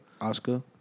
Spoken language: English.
Oscar